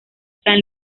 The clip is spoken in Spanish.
san